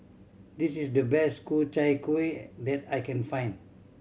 this is the best Ku Chai Kuih that I can find